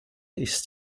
ist